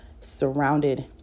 surrounded